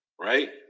right